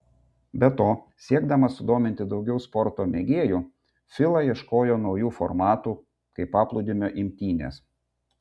be to siekdama sudominti daugiau sporto mėgėjų fila ieškojo naujų formatų kaip paplūdimio imtynės